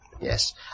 Yes